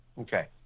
Okay